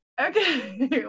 Okay